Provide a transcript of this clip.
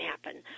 happen